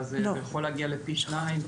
אבל זה יכול להגיע לפי שניים,